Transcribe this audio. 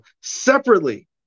Separately